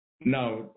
Now